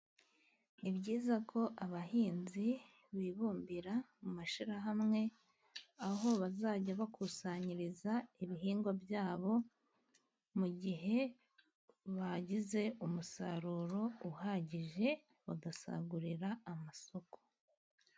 Ni byiza ko abahinzi bibumbira mu mashyirahamwe, aho bazajya bakusanyiriza ibihingwa byabo, mu gihe bagize umusaruro uhagije bagasagurira amasoko.